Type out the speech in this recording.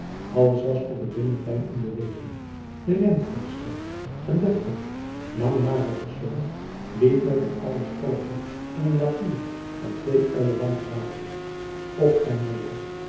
alles was op het binnenplein in jacob van lennep de pleegzoon beweging de rentmeester een deftig lang mager persoon liep met een ouden stormhoed en een rapier van twee ellen lang gewapend op en neder